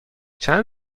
چند